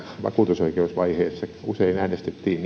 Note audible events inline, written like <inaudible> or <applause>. vakuutusoikeusvaiheessa usein äänestettiin <unintelligible>